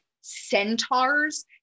centaurs